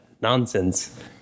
nonsense